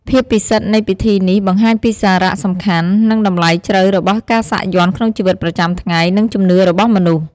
ភាពពិសិដ្ឋនៃពិធីនេះ បង្ហាញពីសារៈសំខាន់ និងតម្លៃជ្រៅរបស់ការសាក់យ័ន្តក្នុងជីវិតប្រចាំថ្ងៃ និងជំនឿរបស់មនុស្ស។